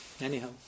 anyhow